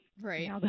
right